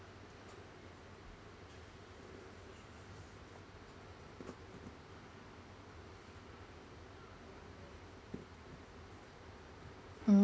mm~